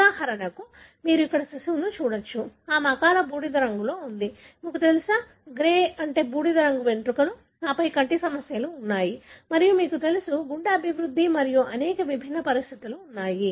ఉదాహరణకు మీరు ఇక్కడ శిశువును చూడవచ్చు ఆమె అకాల బూడిద రంగులో ఉంది మీకు తెలుసా బూడిద రంగు వెంట్రుకలు ఆపై కంటి సమస్యలు ఉన్నాయి మరియు మీకు తెలుసు గుండె అభివృద్ధి మరియు అనేక విభిన్న పరిస్థితులు ఉన్నాయి